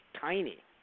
tiny